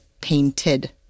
painted